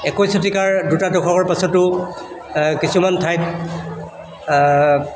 একৈছ শতিকাৰ দুটা দশকৰ পাছতো কিছুমান ঠাইত